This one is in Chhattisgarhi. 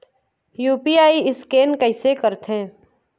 यू.पी.आई स्कैन कइसे करथे?